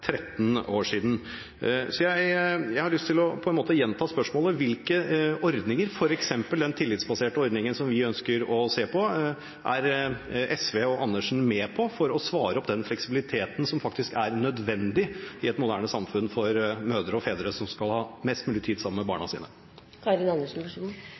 Jeg har lyst til å gjenta spørsmålet: Hvilke ordninger – f.eks. den tillitsbaserte ordningen som vi ønsker å se på – er SV og Andersen med på for å svare opp den fleksibiliteten som faktisk er nødvendig i et moderne samfunn for mødre og fedre, som skal ha mest mulig tid sammen med